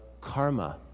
karma